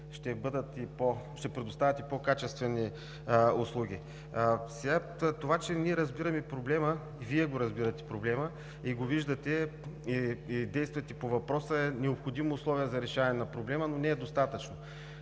ще предоставят и по-качествени услуги. Това, че ние разбираме проблема, Вие го разбирате проблема, и го виждате, и действате по въпроса е необходимо условие за решаване на проблема, но не е достатъчно.